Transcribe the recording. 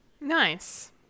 Nice